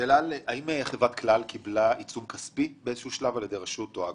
האם חברת כלל קיבלה באיזה שהוא שלב עיצום כספי על ידי רשות שוק ההון,